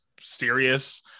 serious